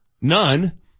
None